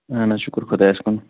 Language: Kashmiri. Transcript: اَہَن حظ شُکر خُدایس کُن